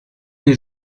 les